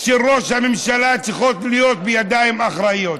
של ראש הממשלה, הם צריכים להיות בידיים אחראיות.